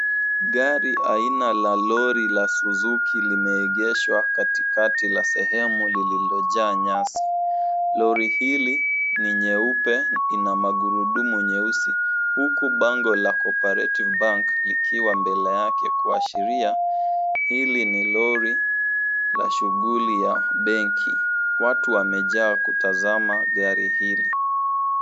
Gari la aina la lori la Suzuki limeegeshwa katika sehemu lililojaa nyasi. Lori hili lina magurudumu nyeusi , huku bango la Cooperative Bank likiwa mbele yake kuashiria hili ni lori la shughuli la benki. Watu wamejaa kutazama lori hili.